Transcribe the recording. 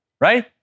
right